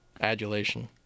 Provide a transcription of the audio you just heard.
Adulation